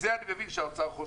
אני מבין שמזה האוצר חושש.